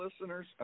listeners